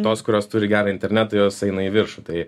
tos kurios turi gerą internetą jos eina į viršų tai